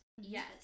Yes